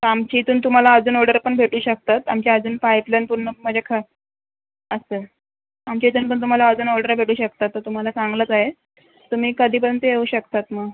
तर आमच्या इथून तुम्हाला अजून ऑर्डर पण भेटू शकतात आमची अजून पाईप लाइन पूर्ण म्हणजे ख असं आमच्या इथून पण तुम्हाला अजून ऑर्डर भेटू शकतात तर तुम्हाला चांगलंच आहे तुम्ही कधीपर्यंत येऊ शकतात मग